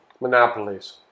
monopolies